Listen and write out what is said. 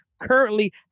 currently